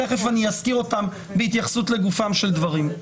תכף אני אזכיר אותם בהתייחסות לגופם של דברים.